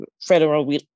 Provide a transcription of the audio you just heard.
federal